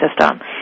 system